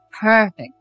perfect